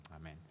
Amen